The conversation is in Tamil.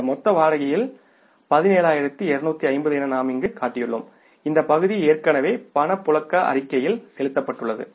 இந்த மொத்த வாடகையில் 17250 என நாம் இங்கு காட்டியுள்ளோம் இந்த பகுதி ஏற்கனவே பணப்புழக்க அறிக்கையில் குறிப்பிடப்பட்டுள்ளது